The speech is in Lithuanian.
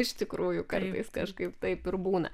iš tikrųjų kartais kažkaip taip ir būna